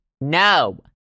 no